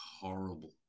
horrible